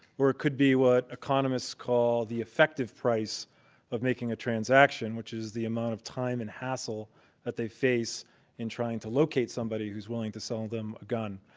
or it could be what economists call the effective price of making a transaction, which is the amount of time and hassle that they face in trying to locate somebody who's willing to sell them a gun.